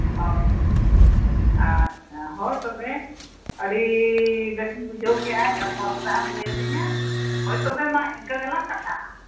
ᱦᱳᱭ ᱟᱪᱪᱷᱟ ᱦᱳᱭ ᱛᱚᱵᱮ ᱟᱹᱰᱤ ᱵᱮᱥᱤᱧ ᱵᱩᱡᱷᱟᱹᱣ ᱠᱮᱫᱟ ᱪᱟᱥᱵᱟᱥ ᱨᱮᱭᱟᱜ ᱮᱢ ᱞᱟᱹᱭᱟᱫᱤᱧᱟ ᱦᱳᱭ ᱛᱚᱵᱮ ᱢᱟ ᱤᱱᱠᱟᱹ ᱜᱮᱞᱟᱝ ᱠᱟᱛᱷᱟᱜᱼᱟ